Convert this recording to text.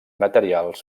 material